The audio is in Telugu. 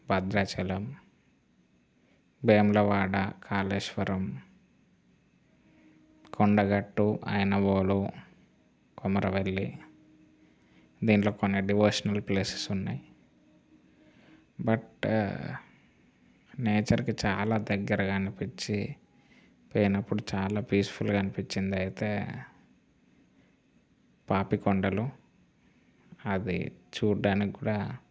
భద్రాచలం వేములవాడ కాలేశ్వరం కొండగట్టు అయినవోలు కొమరవెల్లి దీంట్లో కొన్ని డివోషనల్ ప్లేసెస్ ఉన్నాయి బట్ నేచర్కి చాలా దగ్గరగా అనిపించి పోయినప్పుడు చాలా పీస్ఫుల్గా అనిపించింది అయితే పాపికొండలు అది చూడ్డానికి కూడా